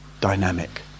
dynamic